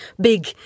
big